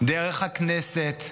דרך הכנסת,